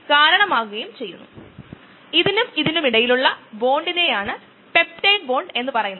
enzyme substrate കോംപ്ലക്സും ഇൻഹിബിറ്ററുമായി വിപരീതമായി ബന്ധിപ്പിച്ച് നമുക്ക് എൻസൈം സബ്സ്ട്രേറ്റ് ഇൻഹിബിറ്റർ കോംപ്ലക്സ് നൽകുന്നു